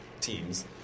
Teams